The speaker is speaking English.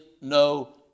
no